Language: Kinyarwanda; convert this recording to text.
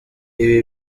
ibi